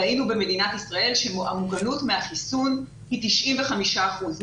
ראינו במדינת ישראל שהמוגנות מהחיסון היא 95 אחוזים.